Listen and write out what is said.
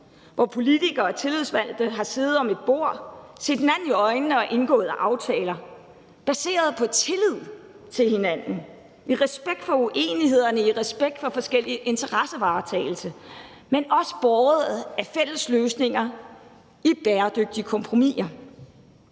hvor politikere og tillidsvalgte har siddet om et bord, set hinanden i øjnene og indgået aftaler baseret på tillid til hinanden, i respekt for uenighederne, i respekt for varetagelse af forskellige interesser, men også båret af viljen til at finde fælles løsninger i bæredygtige kompromiser.